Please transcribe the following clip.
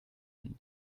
ihren